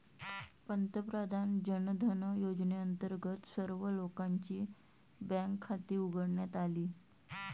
पंतप्रधान जनधन योजनेअंतर्गत सर्व लोकांची बँक खाती उघडण्यात आली